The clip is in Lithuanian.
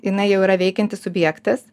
jinai jau yra veikiantis subjektas